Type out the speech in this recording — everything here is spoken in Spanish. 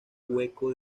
hueco